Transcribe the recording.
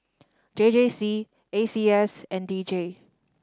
J J C A C S and D J